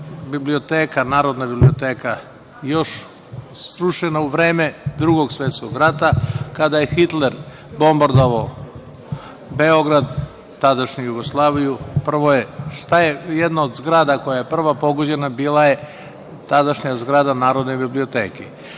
Narodna biblioteka još srušena u vreme Drugog svetskog rata, kada je Hitler bombardovao Beograd, tadašnju Jugoslaviju. Zgrada koja je prva bila pogođena bila je tadašnja zgrada Narodne biblioteke.